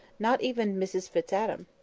not even mrs fitz-adam.